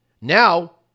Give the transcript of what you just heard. Now